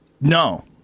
No